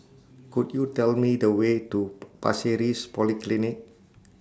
Could YOU Tell Me The Way to Pasir Ris Polyclinic